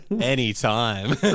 Anytime